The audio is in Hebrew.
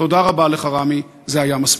תודה רבה לך, רמי, זה היה מספיק.